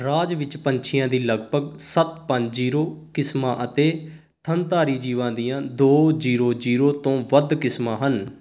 ਰਾਜ ਵਿੱਚ ਪੰਛੀਆਂ ਦੀਆਂ ਲਗਭਗ ਸੱਤ ਪੰਜ ਜੀਰੋ ਕਿਸਮਾਂ ਅਤੇ ਥਣਧਾਰੀ ਜੀਵਾਂ ਦੀਆਂ ਦੋ ਜੀਰੋ ਜੀਰੋ ਤੋਂ ਵੱਧ ਕਿਸਮਾਂ ਹਨ